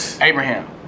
Abraham